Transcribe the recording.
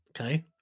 okay